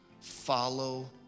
Follow